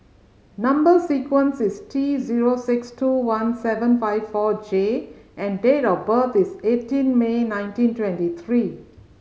number sequence is T zero six two one seven five four J and date of birth is eighteen May nineteen twenty three